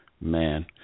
man